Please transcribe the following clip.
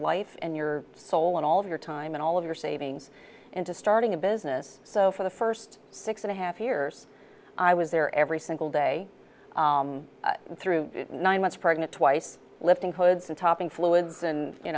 life and your soul and all of your time and all of your savings into starting a business so for the first six and a half years i was there every single day through nine months pregnant twice lifting codes and topping fluids and you